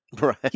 right